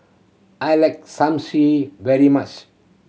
I like very much